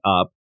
up